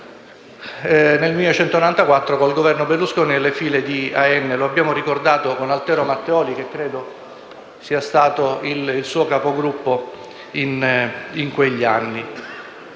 nel 1994 con il Governo Berlusconi, nelle file di AN; lo abbiamo ricordato con Altero Matteoli che credo sia stato il suo Capogruppo di quegli anni.